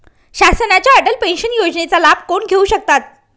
शासनाच्या अटल पेन्शन योजनेचा लाभ कोण घेऊ शकतात?